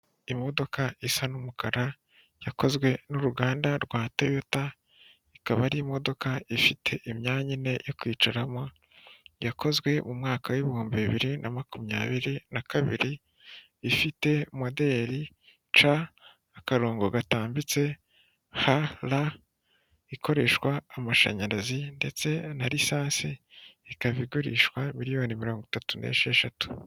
Imodoka isa n'umukara yakozwe n'uruganda rwa Toyota, ikaba ari imodoka ifite imyanya ine yo kwicaramo, yakozwe mu mwaka w'ibihumbi bibiri na makumyabiri nabiri, ifite moderi ca, akarongo gatambitse ha ra, ikoreshwa amashanyarazi, ndetse na lisansi ikaba igurishwa miliyoni mirongo itatu n'esheshatu.